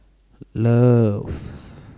loves